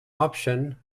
option